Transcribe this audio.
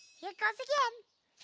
here goes again.